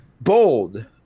bold